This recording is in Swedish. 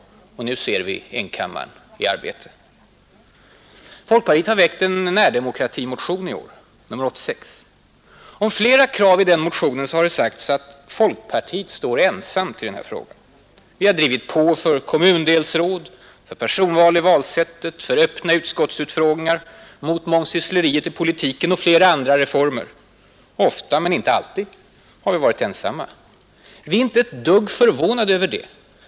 Nu ser vi enkammaren i arbete. Folkpartiet har väckt en närdemokratimotion i år, motion nr 86. Om flera krav i den motionen har det sagts att folkpartiet står ensamt bakom dem. Vi har drivit på för kommundelsråd, för personval i valsättet, för öppna utskottsutfrågningar, mot mångsyssleriet i politiken och för flera andra reformer. Ofta men inte alltid har vi varit ensamma. Vi är inte ett dugg förvånade över det.